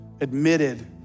admitted